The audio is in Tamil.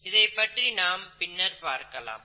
இதைப்பற்றி நாம் பின்னர் பார்க்கலாம்